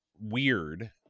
weird